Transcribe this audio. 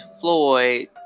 Floyd